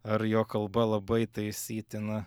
ar jo kalba labai taisytina